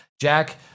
Jack